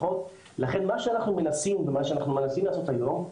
לכן מה שאנחנו מנסים לעשות היום,